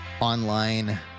online